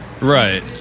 right